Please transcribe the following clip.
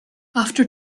after